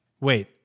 Wait